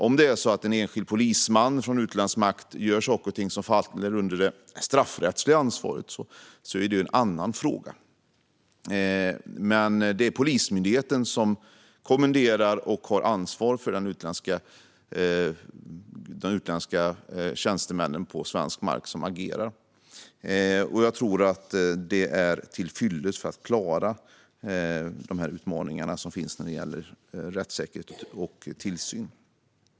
Om en enskild polisman från utländsk makt gör saker och ting som faller under det straffrättsliga ansvaret är det en annan fråga, men det är Polismyndigheten som kommenderar och har ansvar för de utländska tjänstemän som agerar på svensk mark. Jag tror att det är till fyllest för att klara de utmaningar som finns när det gäller rättssäkerhet och tillsyn.